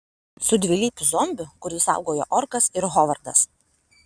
su dvilypiu zombiu kurį saugojo orkas ir hovardas